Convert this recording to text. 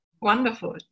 Wonderful